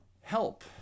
Help